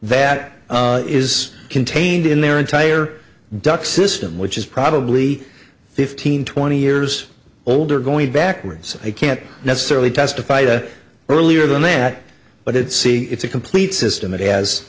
that is contained in their entire duct system which is probably fifteen twenty years old or going backwards i can't necessarily testify to earlier than that but it's see it's a complete system it has